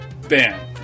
Ben